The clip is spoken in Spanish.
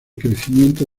crecimiento